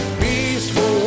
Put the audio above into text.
peaceful